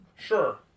Sure